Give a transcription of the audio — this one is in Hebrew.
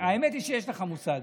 האמת היא שיש לך מושג.